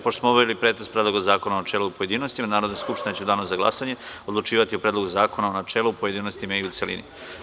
Pošto smo obavili pretres Predloga u načelu i u pojedinostima, Narodna skupština će u danu za glasanje odlučivati o Predlogu zakona u načelu, pojedinosti i u celini.